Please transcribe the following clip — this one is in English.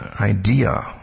idea